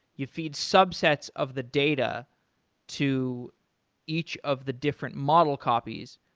you feed subsets of the data to each of the different model copies.